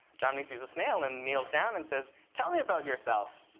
jomny sees a snail and kneels down and says, tell me about yourself,